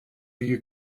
you